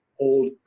old